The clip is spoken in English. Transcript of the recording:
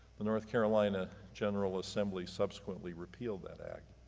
the north carolina general assembly subsequently repealed that act.